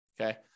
Okay